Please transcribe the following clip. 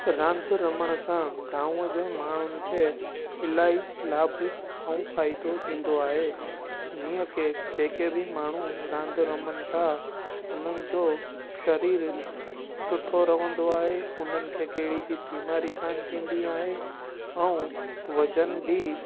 रांदि रमण सां गाव जे माण्हुनि खे इलाही लाभ ऐं फ़ाइदो थींदो आहे जीअं की जेके बि माण्हू रांदि रमनि था उन्हनि जो सरीरु सुठो रहंदो आहे उन्हनि खे कहिड़ी बि बीमारी कान थींदी आहे ऐं वज़न बि